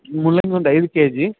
ಮೂಲಂಗಿ ಒಂದು ಐದು ಕೆ ಜಿ